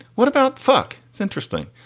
what about fuck? it's interesting.